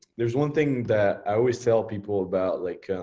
there's one thing that i always tell people about like